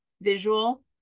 visual